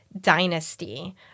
dynasty